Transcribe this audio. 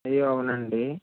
అయ్యో అవునండి